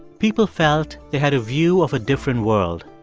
people felt they had a view of a different world.